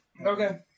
Okay